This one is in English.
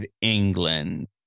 England